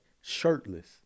Shirtless